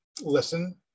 listen